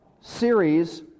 series